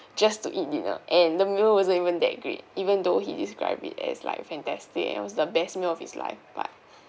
just to eat dinner and the meal wasn't even that great even though he described it as like fantastic and was the best meal of his life but